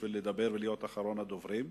בשביל לדבר ולהיות אחרון הדוברים.